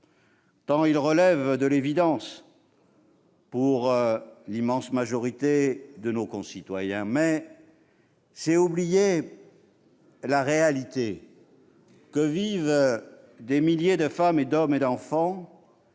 tant celui-ci relève de l'évidence pour l'immense majorité de nos concitoyens. Toutefois, c'est oublier la réalité que vivent des milliers de femmes, d'hommes et d'enfants